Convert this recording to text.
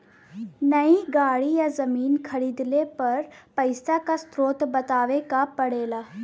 नई गाड़ी या जमीन खरीदले पर पइसा क स्रोत बतावे क पड़ेला